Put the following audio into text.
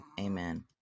amen